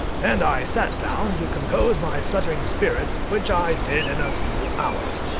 and i sat down to compose my fluttering spirits, which i did in a few hours.